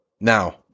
Now